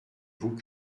vous